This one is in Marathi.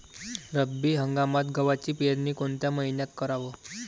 रब्बी हंगामात गव्हाची पेरनी कोनत्या मईन्यात कराव?